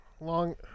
long